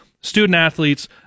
student-athletes